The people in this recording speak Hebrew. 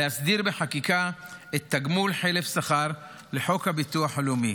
להסדיר בחקיקה את תגמול חלף שכר לחוק הביטוח הלאומי.